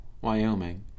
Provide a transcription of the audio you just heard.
Wyoming